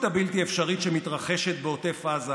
המציאות הבלתי-אפשרית שמתרחשת בעוטף עזה